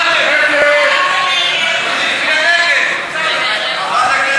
ההצעה להסיר מסדר-היום את הצעת